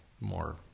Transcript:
more